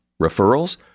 Referrals